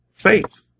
faith